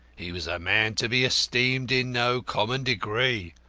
he was a man to be esteemed in no common degree,